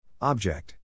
Object